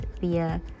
via